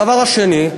הדבר השני,